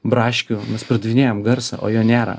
braškių mes pardavinėjam garsą o jo nėra